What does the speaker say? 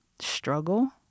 struggle